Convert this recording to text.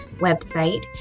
website